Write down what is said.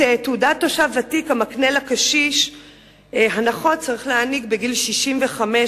את תעודת התושב הוותיק המקנה לקשיש הנחות צריך להעניק בגיל 65,